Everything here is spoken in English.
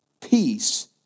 Peace